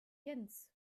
jens